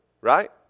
right